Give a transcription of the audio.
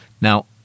Now